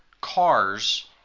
cars